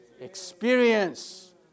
Experience